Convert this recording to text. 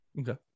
Okay